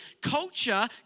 Culture